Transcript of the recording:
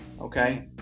okay